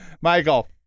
Michael